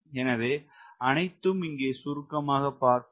அவை அனைத்தும் இங்கே சுருக்கமாக பார்ப்போம்